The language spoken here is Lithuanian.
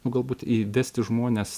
galbūt įvesti žmones